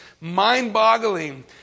mind-boggling